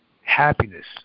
happiness